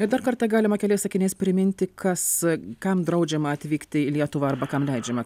ir dar kartą galima keliais sakiniais priminti kas kam draudžiama atvykti į lietuvą arba kam leidžiama